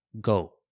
Go